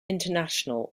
international